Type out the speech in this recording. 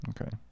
Okay